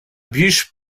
biche